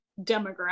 demographic